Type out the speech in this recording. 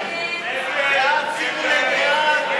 נא להצביע.